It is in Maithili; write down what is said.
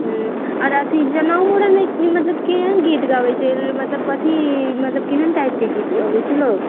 हुँ आओर अथी जनउ मूड़नेमे अथी मतलब केहन गीत गाबै छै मतलब कथी मतलब केहन टाइपके गीत गबै छै लोक